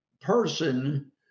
person